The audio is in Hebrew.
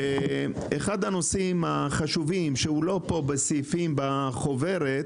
אחד הנושאים החשובים, שלא קיים בסעיפים בחוברת,